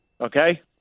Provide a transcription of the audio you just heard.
Okay